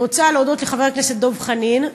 אני רוצה להודות לחבר הכנסת דב חנין,